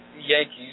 Yankees